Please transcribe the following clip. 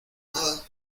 nada